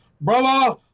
brother